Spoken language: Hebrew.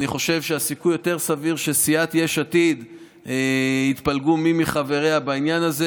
אני חושב שהסיכוי יותר סביר שסיעת יש עתיד יתפלגו מי מחבריה בעניין הזה,